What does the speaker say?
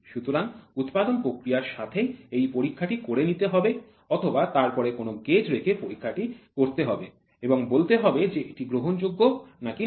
সুতরাং উৎপাদন প্রক্রিয়ার সাথেই এই পরীক্ষাটি করে নিতে হবে অথবা তারপরে কোন গেজ রেখে পরীক্ষাটি করতে হবে এবং বলতে হবে যে এটি গ্রহণযোগ্য নাকি নয়